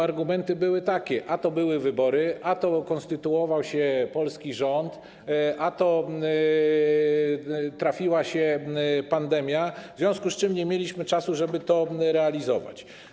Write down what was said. Argumenty były takie: a to były wybory, a to ukonstytuował się polski rząd, a to trafiła się pandemia - w związku z czym nie mieliśmy czasu, żeby to realizować.